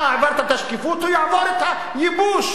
אתה העברת את השקיפות, הוא יעבור את הייבוש